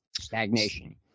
Stagnation